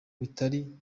bitari